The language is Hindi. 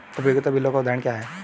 उपयोगिता बिलों के उदाहरण क्या हैं?